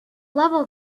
level